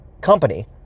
company